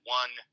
one